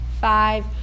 Five